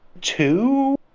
two